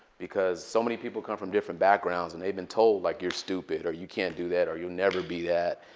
because so many people come from different backgrounds. and they've been told, like, you're stupid or you can't do that or you'll never be that.